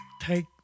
take